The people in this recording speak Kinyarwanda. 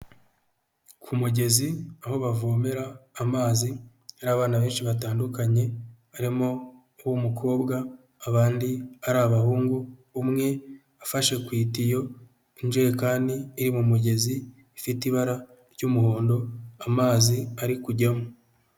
K'umugezi aho bavomera amazi n'abana benshi batandukanye barimo UW'umukobwa abandi ari abahungu umwe afashe ku itiyo, injerekani iri mu mugezi ifite ibara ry'umuhondo amazi ari kujyamo.